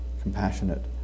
compassionate